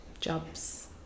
jobs